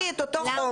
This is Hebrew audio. יש לו את אותו חומר.